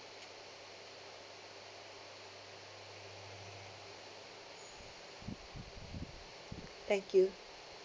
thank you